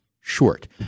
short